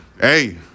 Hey